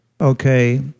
Okay